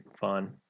fun